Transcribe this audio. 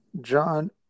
john